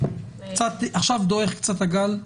עכשיו דועך קצת הגל,